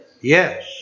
Yes